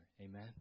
Amen